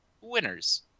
winners